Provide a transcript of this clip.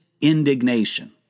indignation